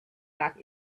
back